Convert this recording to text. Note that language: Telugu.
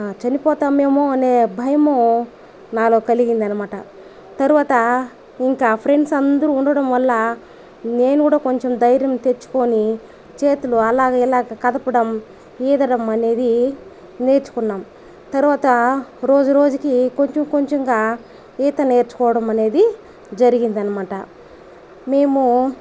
చనిపోతామేమో అనే భయం నాలో కలిగిందనమాట తర్వాత ఇంకా ఫ్రెండ్స్ అందరూ ఉండడం వల్ల నేను కూడా కొంచెం ధైర్యం తెచ్చుకొని చేతులు అలాగా ఇలాగా కదపడం ఈదడం అనేది నేర్చుకున్నాను తర్వాత రోజు రోజుకి కొంచెం కొంచంగా ఈత నేర్చుకోవడం అనేది జరిగింది అనమాట మేము